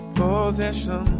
possession